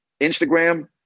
Instagram